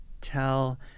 tell